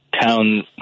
town